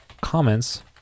comments